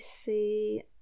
see